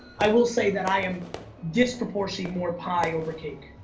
i will say that i am disproportionately more pie over cake.